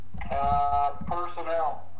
personnel